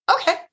okay